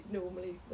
normally